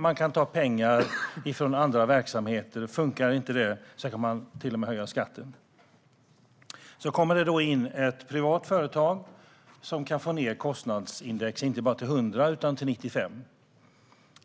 Man kan ta pengar från andra verksamheter, och funkar inte det kan man till och med höja skatten. Sedan kommer det då in ett privat företag som kan få ned kostnadsindex inte bara till 100 utan till 95.